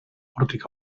hortik